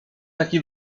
taki